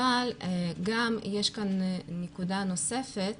אבל יש כאן נקודה נוספת